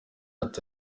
ati